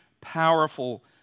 powerful